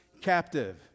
captive